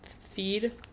feed